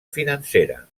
financera